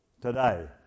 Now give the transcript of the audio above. today